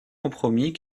compromis